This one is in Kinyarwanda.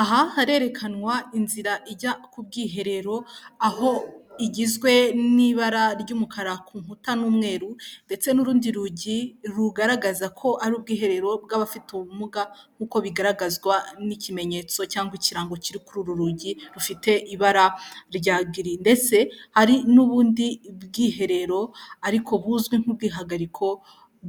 Aha harerekanwa inzira ijya ku bwiherero, aho igizwe n'ibara ry'umukara ku nkuta n'umweru ndetse n'urundi rugi rugaragaza ko ari ubwiherero bw'abafite ubumuga nk'uko bigaragazwa n'ikimenyetso cyangwa ikirango kiri kuri uru rugi, rufite ibara rya giri ndetse hari n'ubundi bwiherero ariko buzwi nk'ubwihagariko